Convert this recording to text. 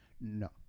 no